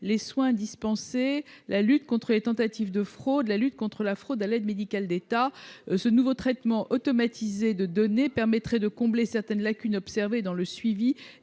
les soins dispensés, la lutte contre les tentatives de fraude, la lutte contre la fraude à l'aide médicale d'État, ce nouveau traitement automatisé de données permettrait de combler certaines lacunes observées dans le suivi